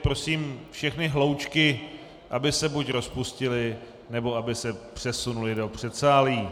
Prosím všechny hloučky, aby se buď rozpustily, nebo aby se přesunuly do předsálí.